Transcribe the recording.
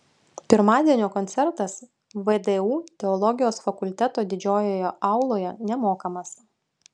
pirmadienio koncertas vdu teologijos fakulteto didžiojoje auloje nemokamas